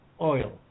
oil